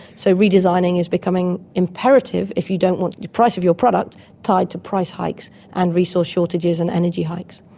so redesigning is becoming imperative if you don't want the price of your products tied to price hikes and resource shortages and energy hikes.